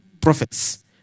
prophets